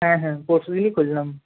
হ্যাঁ হ্যাঁ পরশুদিনই খুললাম